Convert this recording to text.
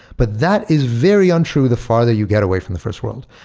but that is very untrue the farther you get away from the first world.